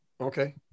Okay